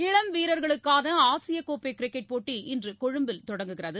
இளம் வீரர்களுக்கான ஆசிய கோப்பை கிரிக்கெட் போட்டி இன்று கொழும்பில் தொடங்குகிறது